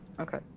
Okay